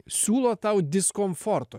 siūlo tau diskomforto